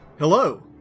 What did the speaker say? Hello